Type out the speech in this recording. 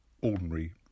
ordinary